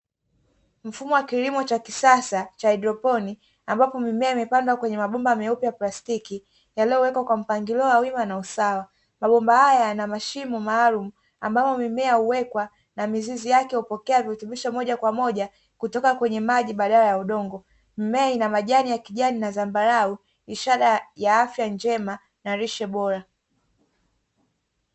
Mfumo wa kilimo cha kisasa cha hydroponi, ambapo mimea imepandwa kwenye mabomba meupe ya plastiki yaliyowekwa kwa mpangilio wa wima na usawa. Mabomba haya yana mashimo maalumu ambapo mimea huwekwa na mizizi yake hupokea virutubisho moja kwa moja kutoka kwenye maji badala ya udongo, mimea ina majani ya kijani na zambarau ishara ya afya njema na lishe bora.